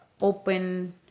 open